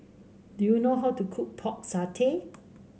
do you know how to cook Pork Satay